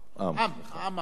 העם הארמני.